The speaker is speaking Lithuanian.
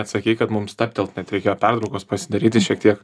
atsakei kad mum stabtelt net reikėjo pertraukos pasidaryti šiek tiek